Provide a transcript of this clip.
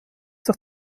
sich